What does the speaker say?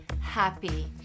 happy